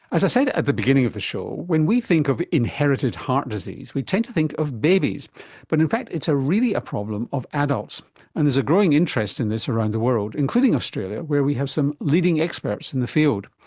i so said at the beginning of the show, when we think of inherited heart disease, we tend to think of babies but in fact it's really a problem of adults and there's a growing interest in this around the world, including australia, where we have some leading experts in the field.